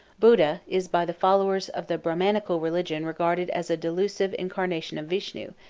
buddha is by the followers of the brahmanical religion regarded as a delusive incarnation of vishnu,